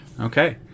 Okay